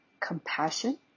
compassion